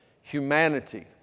humanity